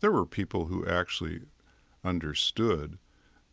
there were people who actually understood